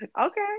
Okay